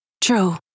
true